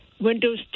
Windows